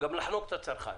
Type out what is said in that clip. גם לחנוק את הצרכן.